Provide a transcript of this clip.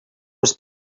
was